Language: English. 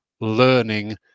learning